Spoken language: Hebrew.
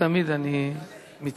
תמיד אני מתחשב.